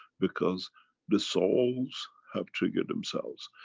because the souls have triggered themselves.